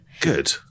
Good